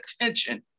attention